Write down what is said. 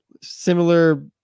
similar